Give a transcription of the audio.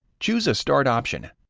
choose a start option,